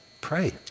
Pray